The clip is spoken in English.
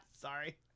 Sorry